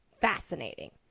fascinating